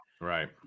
Right